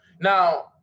Now